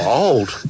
old